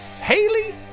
Haley